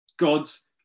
God's